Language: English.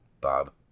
Bob